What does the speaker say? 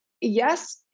yes